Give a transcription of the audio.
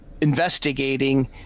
investigating